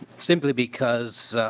simply because